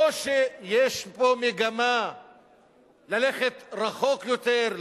לא שיש פה מגמה ללכת רחוק יותר,